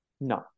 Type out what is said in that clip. No